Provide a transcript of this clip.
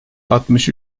altmış